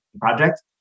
project